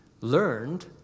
Learned